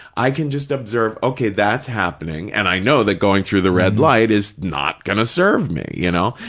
i can just observe, okay, that's happening, and i know that going through the red light is not going to serve me. you know,